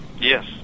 Yes